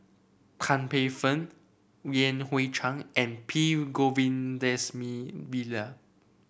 Tan Paey Fern Yan Hui Chang and P Govindasamy Pillai